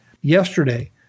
Yesterday